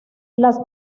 las